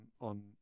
on